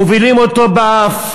מובילים אותו באף,